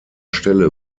stelle